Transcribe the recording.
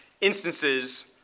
instances